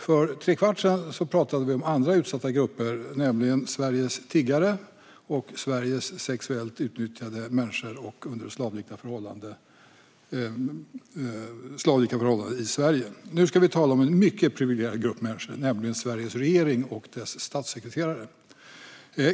För trekvart sedan talade vi om utsatta grupper i Sverige, nämligen tiggare och människor som utnyttjas sexuellt under slavliknande förhållanden. Nu ska vi tala om en mycket privilegierad grupp människor, nämligen Sveriges regering och dess statssekreterare.